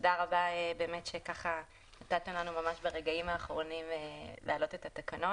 תודה רבה שנתתם לנו ממש ברגעים האחרונים להעלות את התקנות.